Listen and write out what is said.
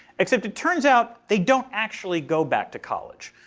except it turns out they don't actually go back to college.